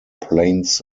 plains